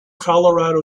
colorado